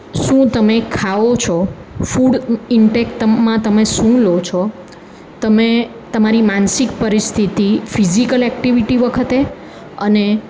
શું તમે ખાઓ છો ફૂડ ઇન્ટેકમાં ત તમે શું લો છો તમે તમારી માનસિક પરિસ્થિતિ ફિઝિકલ એક્ટિવિટી વખતે અને